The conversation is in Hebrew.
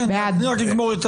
מי נגד?